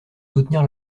soutenir